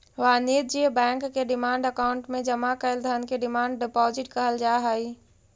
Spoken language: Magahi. वाणिज्य बैंक के डिमांड अकाउंट में जमा कैल धन के डिमांड डिपॉजिट कहल जा हई